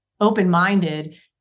open-minded